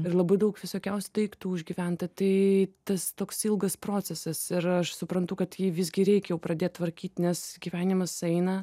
ir labai daug visokiausių daiktų užgyventa tai tas toks ilgas procesas ir aš suprantu kad jį visgi reik jau pradėt tvarkyt nes gyvenimas eina